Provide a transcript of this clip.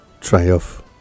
triumph